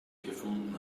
gefunden